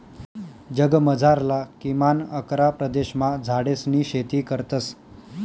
जगमझारला किमान अकरा प्रदेशमा झाडेसनी शेती करतस